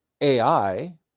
AI